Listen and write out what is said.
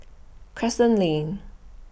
Crescent Lane